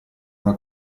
una